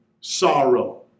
sorrow